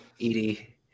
Edie